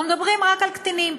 אנחנו מדברים רק על קטינים,